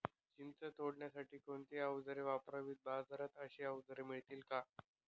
चिंच तोडण्यासाठी कोणती औजारे वापरावीत? बाजारात अशी औजारे मिळतात का?